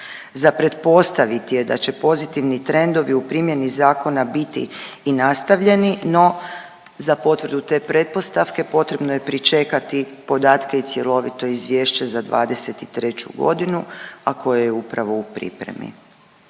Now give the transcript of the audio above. Za pretpostaviti je da će pozitivni trendovi u primjeni zakona biti i nastavljeni, no za potvrdu te pretpostavke potrebno je pričekati podatke i cjelovito izvješće za 2023. godinu, a koje je upravo u pripremi.